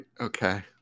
okay